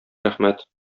рәхмәт